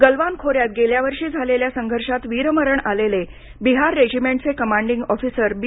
गलवान खोऱ्यात गेल्या वर्षी झालेल्या संघर्षात वीरमरण आलेले बिहार रेजिमेंटचे कमांडिंग ऑफिसर बी